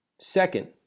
Second